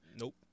Nope